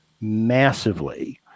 massively